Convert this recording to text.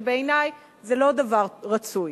שבעיני זה לא דבר רצוי,